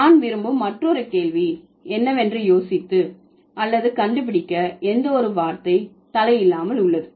நான் விரும்பும் மற்றொரு கேள்வி என்று யோசித்து அல்லது கண்டுபிடிக்க எந்த ஒரு வார்த்தை தலை இல்லாமல் உள்ளது